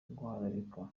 guharabika